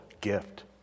gift